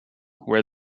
where